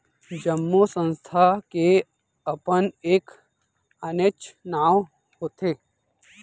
जम्मो संस्था के अपन एक आनेच्च नांव होथे